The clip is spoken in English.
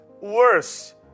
worse